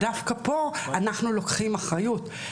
אנחנו לוקחים אחריות,